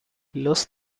los